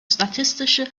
statistische